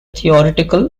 theoretical